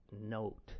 note